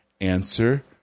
answer